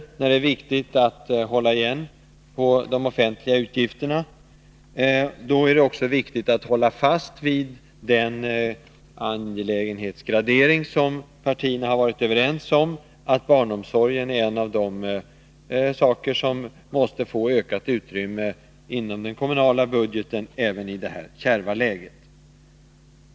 Det är därför viktigt att hålla igen när det gäller de offentliga utgifterna. Då är det också viktigt att hålla fast vid den angelägenhetsgradering som partierna har varit överens om, nämligen att barnomsorgen är en av de saker som måste få ökat utrymme inom den kommunala budgeten även i det här kärva läget.